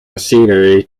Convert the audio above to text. machinery